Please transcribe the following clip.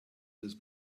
this